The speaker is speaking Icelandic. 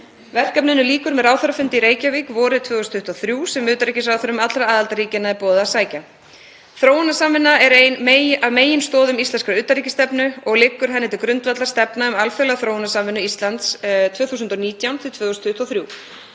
Verkefninu lýkur með ráðherrafundi í Reykjavík vorið 2023 sem utanríkisráðherrum allra aðildarríkjanna er boðið að sækja. Þróunarsamvinna er ein af meginstoðum íslenskrar utanríkisstefnu og liggur henni til grundvallar stefna um alþjóðlega þróunarsamvinnu Íslands 2019–2023.